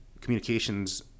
communications